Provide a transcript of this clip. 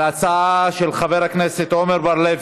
על ההצעה של חבר הכנסת עמר בר-לב,